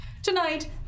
Tonight